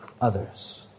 others